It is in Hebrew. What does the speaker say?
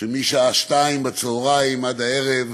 שמשעה 14:00 עד הערב